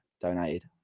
donated